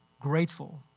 grateful